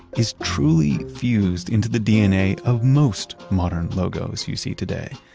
is truly fused into the dna of most modern logos you see today,